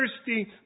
thirsty